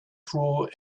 through